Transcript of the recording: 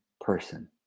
person